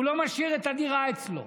הוא לא משאיר את הדירה אצלו.